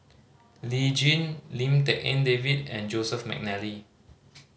Lee Jin Lim Tik En David and Joseph McNally